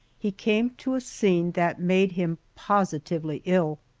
he came to a scene that made him positively ill.